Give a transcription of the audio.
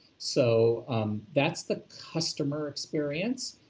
so that's the customer experience,